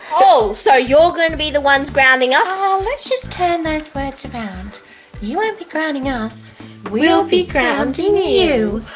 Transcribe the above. oh so you're gonna be the ones grounding us let's just turn this way to pound you won't be grounding us we will be grounding you you